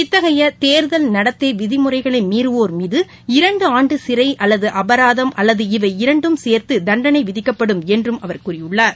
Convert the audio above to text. இத்தகைய தேர்தல் நடத்தை விதிமுறைகளை மீறுவோர் மீது இரண்டு ஆண்டு சிறை அல்லது அபராதம் அல்லது இவை இரண்டும் சேர்த்து தண்டனை விதிக்கப்படும் என்ற்ம அவர் கூறியுள்ளார்